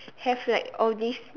have like all these